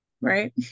right